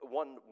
one